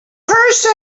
wonderful